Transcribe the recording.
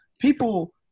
People